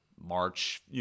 March